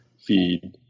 feed